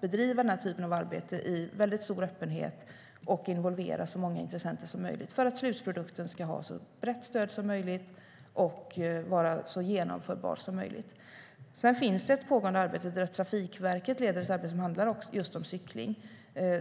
bedriva den här typen av arbete i väldigt stor öppenhet och involvera så många intressenter som möjligt för att slutprodukten ska ha så brett stöd som möjligt och vara så genomförbar som möjligt. Det finns också ett pågående arbete som Trafikverket leder och som handlar just om cykling.